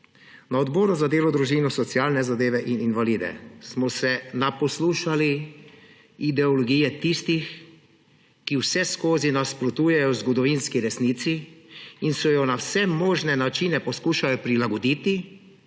Na Odboru za delo, družino, socialne zadeve in invalide smo se naposlušali ideologije tistih, ki vseskozi nasprotujejo zgodovinski resnici in so jo na vse možne načine poskušali prilagoditi,